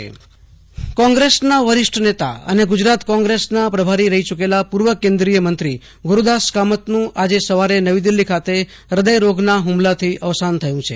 આશુતોષ અંતાણી કોંગ્રેસના વરિષ્ઠ નેતાનું નિધન કોંગ્રેસના વરિષ્ઠ નેતા અને ગુજરાતના કોંગ્રેસના પ્રભારી રહી યુ કેલા પૂ વં કેન્દ્રીય મંત્રી ગુરૂદાસ કામતનું આજે સવારે નવી દિલ્લી ખાતે હ્યદયરોગના હુમલાથી અવસાન થયું છે